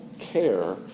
care